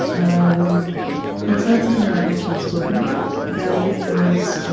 um it's not something that i've actually spoken about. but it was